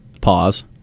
pause